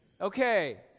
Okay